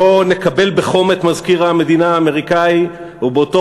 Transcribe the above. לא נקבל בחום את מזכיר המדינה האמריקני ובאותו